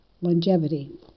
longevity